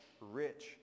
rich